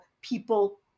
people